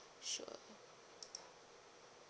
sure